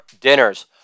dinners